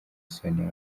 sonia